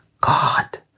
God